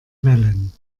wellen